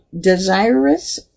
desirous